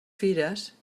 fires